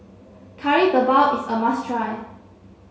Kari Debal is a must try